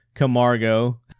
Camargo